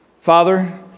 Father